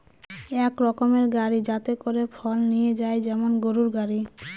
এক রকমের গাড়ি যাতে করে ফল নিয়ে যায় যেমন গরুর গাড়ি